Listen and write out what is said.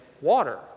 water